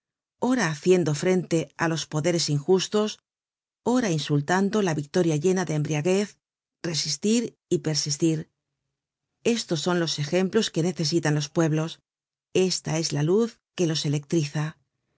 ora haciendo frente á los poderes injustos ora insultando la victoria llena de embriaguez resistir y persistir estos son los ejemplos que necesitan los pueblos esta es la luz que los electriza